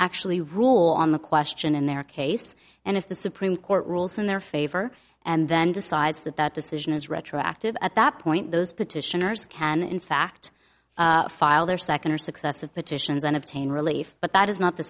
actually rule on the question in their case and if the supreme court rules in their favor and then decides that that decision is retroactive at that point those petitioners can in fact file their second or successive petitions and obtain relief but that is not the